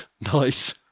Nice